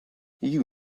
you